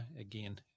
again